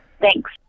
Thanks